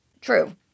true